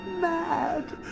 mad